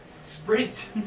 sprint